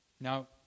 Now